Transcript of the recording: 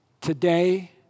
today